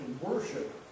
worship